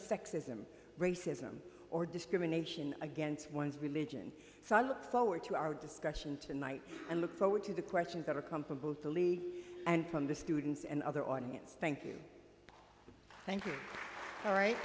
sexism racism or discrimination against one's religion so i look forward to our discussion tonight and look forward to the questions that are comparable to lead and from the students and other audience thank you thank you all right